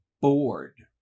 bored